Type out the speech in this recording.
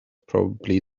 probably